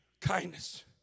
kindness